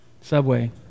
Subway